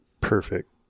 perfect